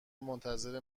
منتظر